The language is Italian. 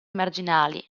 marginali